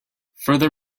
further